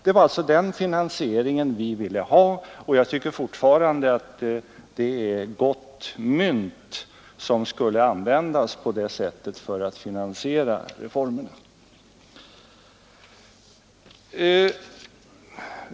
Det var alltså den finansieringen vi ville ha, och jag tycker fortfarande att det är gott mynt som skulle användas på det sättet för att finansiera reformerna.